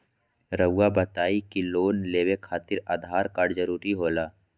रौआ बताई की लोन लेवे खातिर आधार कार्ड जरूरी होला?